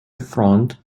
front